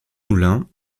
moulin